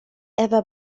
ewa